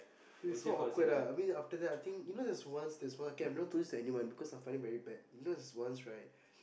it is so awkward ah I mean after that I think you know there's once there's once okay I've not told this to anyone because I find it very bad you know there's once right